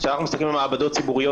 כשאנחנו מסתכלים על מעבדות ציבוריות,